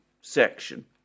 section